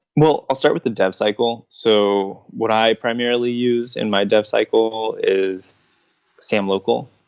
well, i'll start with the dev cycle. so what i primarily use in my dev cycle is sam local.